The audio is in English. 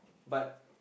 but